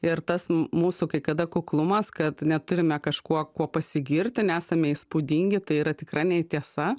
ir tas m mūsų kai kada kuklumas kad neturime kažkuo kuo pasigirti nesame įspūdingi tai yra tikra nei tiesa